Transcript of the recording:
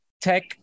tech